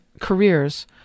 careers